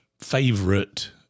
favorite